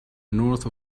north